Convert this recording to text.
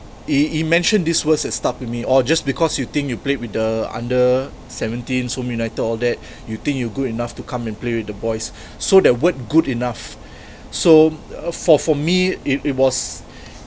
he he mentioned these words that stuck with me orh just because you think you played with the under seventeen home united and all that you think you're good enough to come and play with the boys so that word good enough so for for me it was